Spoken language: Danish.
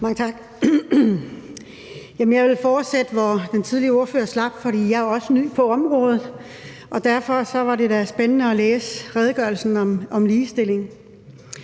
Mange tak. Jeg vil fortsætte, hvor den tidligere ordfører slap. Jeg er også ny på området, og derfor var det da spændende at læse redegørelsen om ligestilling.